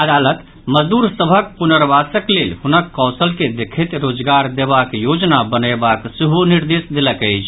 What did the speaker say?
अदालत मजदूर सभक पुनर्वासक लेल हुनक कौशल के देखैत रोजगार देबाक योजना बनयबाक सेहो निर्देश देलक अछि